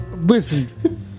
listen